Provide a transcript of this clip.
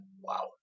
Wow